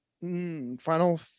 final